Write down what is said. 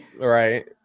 Right